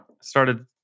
started